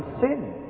sin